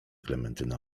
klementyna